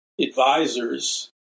advisors